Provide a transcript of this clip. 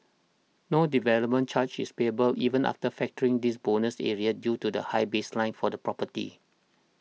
no development charge is payable even after factoring this bonus area due to the high baseline for the property